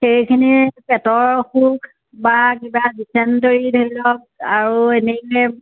সেইখিনি পেটৰ অসুখ বা কিবা ডিছেণ্টৰী ধৰি লওক আৰু এনেকৈ